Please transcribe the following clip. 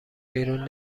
بیرون